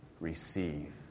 receive